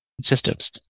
systems